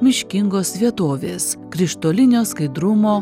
miškingos vietovės krištolinio skaidrumo